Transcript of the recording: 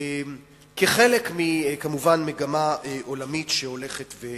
כחלק ממגמה עולמית שהולכת וגדלה.